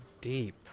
deep